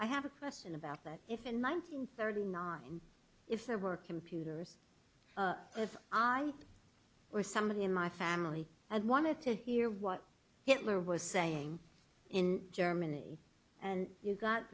i have a question about that if in one thousand thirty nine if there were computers if i were somebody in my family and wanted to hear what hitler was saying in germany and you got